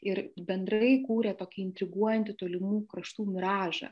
ir bendrai kūrė tokį intriguojantį tolimų kraštų miražą